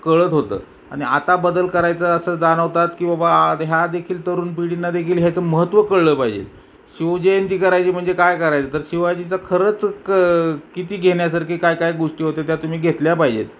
कळत होतं आणि आता बदल करायचं असं जाणवतात की बाबा ह्या देखील तरुण पिढींना देखील हेचं महत्त्व कळलं पाहिजे शिवजयंती करायची म्हणजे काय करायचं तर शिवाजीचं खरंच क किती घेण्यासारखी काय काय गोष्टी होत्या त्या तुम्ही घेतल्या पाहिजे आहेत